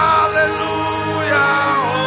Hallelujah